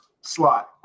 slot